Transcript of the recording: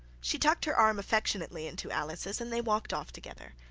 she tucked her arm affectionately into alice's, and they walked off together.